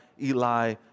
Eli